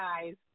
guys